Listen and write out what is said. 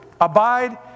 abide